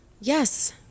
Yes